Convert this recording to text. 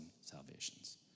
salvations